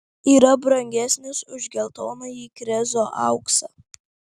yra brangesnis už geltonąjį krezo auksą